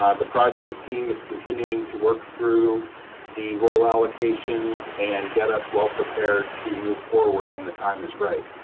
um the project team is continuing to work through the role allocations and get us well prepared to move forward when the time is right.